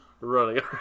running